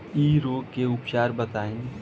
इ रोग के उपचार बताई?